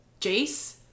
Jace